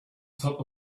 top